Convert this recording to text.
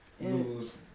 Lose